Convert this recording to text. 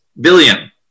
Billion